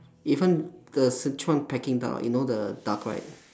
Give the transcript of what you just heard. even the sichuan peking duck you know the duck right